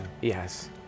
Yes